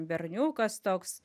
berniukas toks